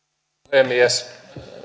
puhemies